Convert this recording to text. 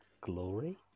Glory